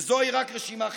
וזוהי רק רשימה חלקית,